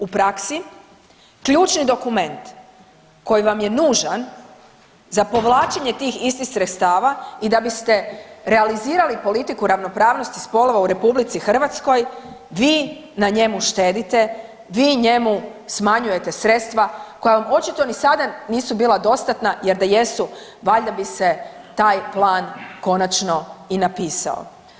U praksi ključni dokument koji vam je nužan za povlačenje tih istih sredstava i da biste realizirali politiku ravnopravnosti spolova u RH vi na njemu štedite, vi njemu smanjujete sredstva koja vam očito ni sada nisu bila dostatna jer da jesu valjda bi se taj plan konačno i napisao.